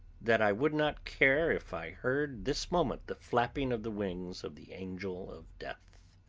that i would not care if i heard this moment the flapping of the wings of the angel of death.